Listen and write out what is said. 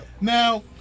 Now